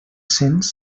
cents